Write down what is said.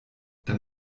dann